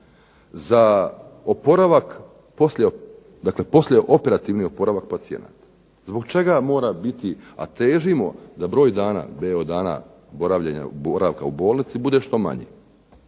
poslijeoperativni oporavak pacijenata? Zbog čega mora biti, a težimo da broj dana boravljenja u bolnici bude što manji.